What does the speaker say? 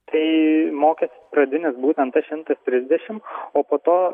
tai mokestis pradinis būtent tas šimtas trisdešim o po to